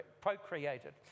procreated